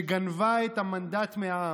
שגנבה את המנדט מהעם,